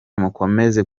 mukomeze